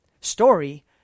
Story